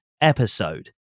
episode